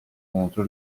contro